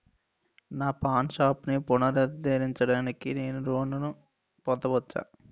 నా పాన్ షాప్ని పునరుద్ధరించడానికి నేను లోన్ పొందవచ్చా?